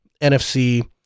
NFC